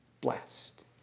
blessed